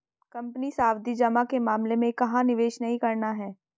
Company सावधि जमा के मामले में कहाँ निवेश नहीं करना है?